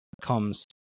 comes